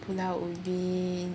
Pulau Ubin